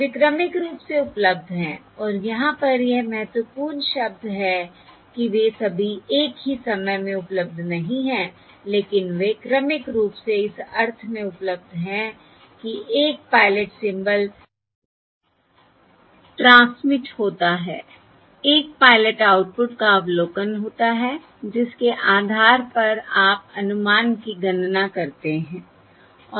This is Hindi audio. वे क्रमिक रूप से उपलब्ध हैं और यहाँ पर यह महत्वपूर्ण शब्द है कि वे सभी एक ही समय में उपलब्ध नहीं हैं लेकिन वे क्रमिक रूप से इस अर्थ में उपलब्ध हैं कि एक पायलट सिंबल ट्रांसमिट होता है एक पायलट आउटपुट का अवलोकन होता है जिसके आधार पर आप अनुमान की गणना करते हैं